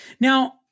Now